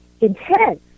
intense